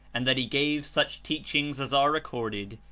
and that he gave such teachings as are recorded,